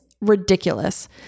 ridiculous